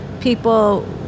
people